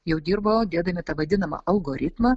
jau dirbo dėdami tą vadinamą algoritmą